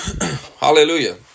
Hallelujah